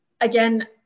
Again